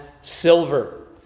silver